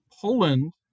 Poland